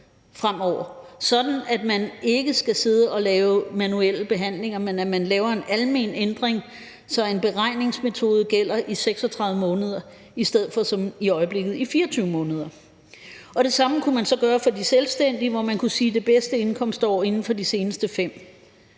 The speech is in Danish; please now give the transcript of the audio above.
sådan at man ikke skal sidde og lave manuelle behandlinger, men laver en almen ændring, så en beregningsmetode gælder i 36 måneder i stedet for i 24 måneder som i øjeblikket. Det samme kunne man så gøre for de selvstændige, hvor man kunne sige det bedste indkomstår inden for de seneste 5